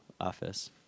office